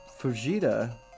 Fujita